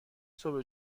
صبح